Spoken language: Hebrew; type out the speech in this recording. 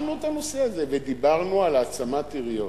בחנו את הנושא הזה ודיברנו על העצמת עיריות,